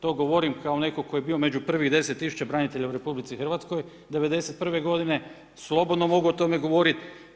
To govorim kao netko tko je bio među prvih 10000 branitelja u RH, '91. godine, slobodno mogu o tome govoriti.